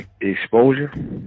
exposure